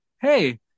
hey